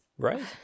Right